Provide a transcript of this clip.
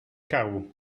chaos